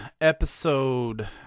episode